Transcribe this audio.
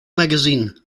magazine